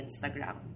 Instagram